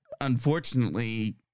unfortunately